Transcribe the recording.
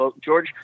George